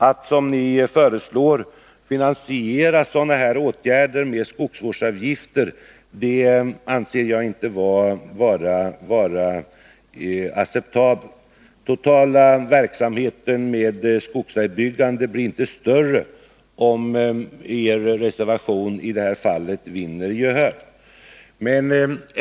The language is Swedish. Att, som ni föreslår, finansiera sådana här åtgärder med skogsvårdsavgifter anser jag inte vara acceptabelt. Den totala verksamheten med skogsvägbyggande blir inte större om er reservation i detta fall vinner gehör.